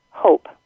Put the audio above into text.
hope